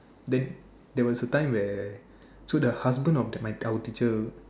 then there was a time where so the husband of that my our teacher